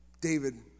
David